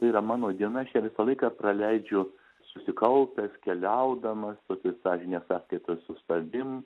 yra mano diena aš ją visą laiką praleidžiu susikaupęs keliaudamas tokios sąžinės saskaitos su savim